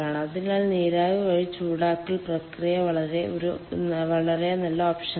അതിനാൽ നീരാവി വഴി ചൂടാക്കൽ പ്രക്രിയ വളരെ നല്ല ഓപ്ഷനാണ്